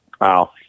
Wow